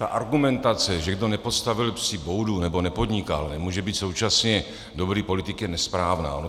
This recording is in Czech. Argumentace, že kdo nepostavil psí boudu nebo nepodnikal, nemůže být současně dobrý politik, je nesprávná.